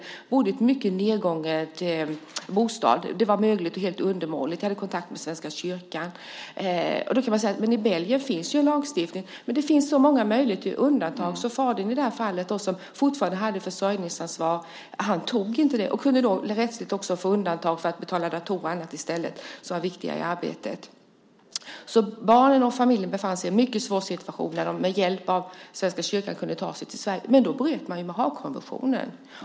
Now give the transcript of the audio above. De bodde i en mycket nedgången bostad. Det var mögligt och helt undermåligt. Jag hade kontakt med Svenska kyrkan. Visserligen finns det en lagstiftning i Belgien, men det finns också många möjligheter att göra undantag. Fadern i det här fallet hade fortfarande försörjningsansvar men tog inte det ansvaret. Han kunde rättsligt få undantag för att betala datorer och annat i stället som var viktigare i arbetet. Barnen och familjen befann sig i en mycket svår situation när de med hjälp av Svenska kyrkan kunde ta sig till Sverige, men då bröt man mot Haagkonventionen.